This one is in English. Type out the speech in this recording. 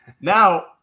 Now